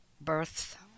birth